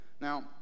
Now